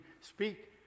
speak